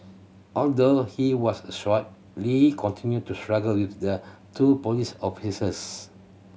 although he was shot Lee continued to struggle with the two police officers